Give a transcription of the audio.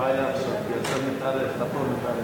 קובעת שהצעת חוק האזרחים הוותיקים (תיקון מס' 11)